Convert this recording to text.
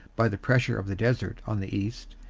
by the pressure of the desert on the east,